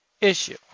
issue